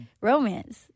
romance